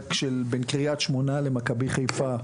במשחק בין קרית שמונה למכבי חיפה.